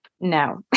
no